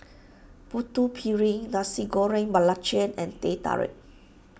Putu Piring Nasi Goreng Belacan and Teh Tarik